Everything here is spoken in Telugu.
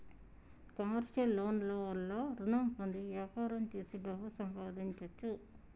కమర్షియల్ లోన్ ల వల్ల రుణం పొంది వ్యాపారం చేసి డబ్బు సంపాదించొచ్చు